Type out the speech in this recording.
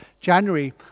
January